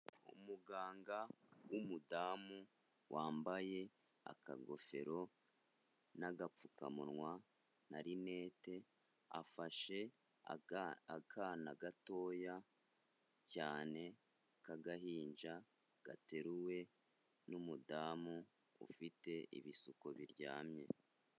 Umuganga w'umudamu wambaye akagofero n'agapfukamunwa na rinete, afashe akana gatoya cyane k'agahinja gateruwe n'umudamu ufite ibisuko biryamye.